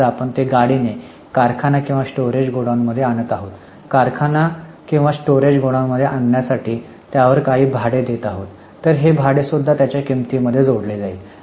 समजा आपण ते गाडीने कारखाना किंवा स्टोअरेज गोडाऊनमध्ये आणत आहोत कारखाना किंवा स्टोअरेज गोडाऊनमध्ये आणण्यासाठी त्यावर काही भाडे देत आहोत तर हे भाडे सुद्धा त्याच्या किमती मध्ये जोडले जाईल